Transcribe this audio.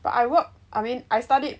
but I work I mean I studied